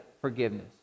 forgiveness